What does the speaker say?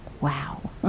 wow